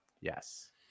Yes